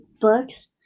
books